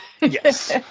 Yes